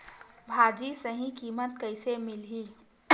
भाजी सही कीमत कइसे मिलही?